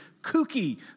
kooky